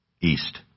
east